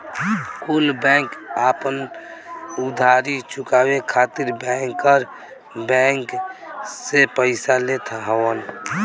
कुल बैंक आपन उधारी चुकाए खातिर बैंकर बैंक से पइसा लेत हवन